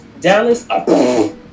Dallas